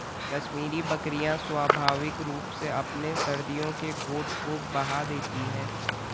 कश्मीरी बकरियां स्वाभाविक रूप से अपने सर्दियों के कोट को बहा देती है